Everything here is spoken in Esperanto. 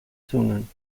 sunon